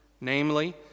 namely